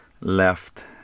left